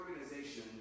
organization